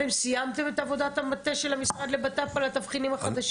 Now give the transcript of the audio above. אתם סיימתם את עבודת המטה של המשרד לבט"פ על התבחינים החדשים?